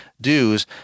dues